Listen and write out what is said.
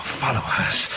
followers